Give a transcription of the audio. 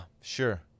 Sure